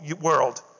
world